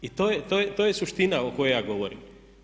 I to je suština o kojoj ja govorim.